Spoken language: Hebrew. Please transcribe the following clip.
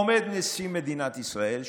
עומד נשיא מדינת ישראל שכולנו,